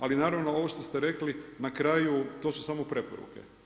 Ali, naravno, ovo što ste rekli, na kraju, to su samo preporuke.